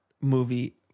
movie